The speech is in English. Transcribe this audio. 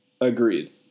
Agreed